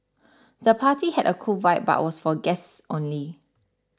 the party had a cool vibe but was for guests only